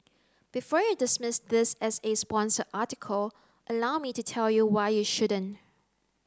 before you dismiss this as a sponsored article allow me to tell you why you shouldn't